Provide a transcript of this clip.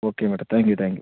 okay madam thank you thank you